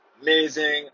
amazing